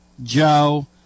Joe